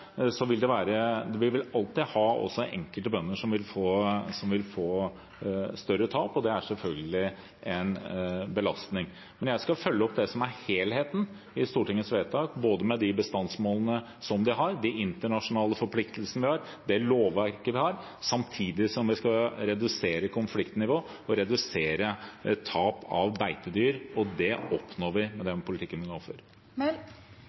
bønder som vil få større tap, og det er selvfølgelig en belastning. Men jeg skal følge opp det som er helheten i Stortingets vedtak, med hensyn til både de bestandsmålene vi har, de internasjonale forpliktelsene vi har, det lovverket vi har, samtidig som vi skal redusere konfliktnivået og redusere tap av beitedyr, og det oppnår vi med den politikken vi nå fører. Emilie Enger Mehl – til oppfølgingsspørsmål. Det er ikke så veldig rart at tapene til ulv går ned, for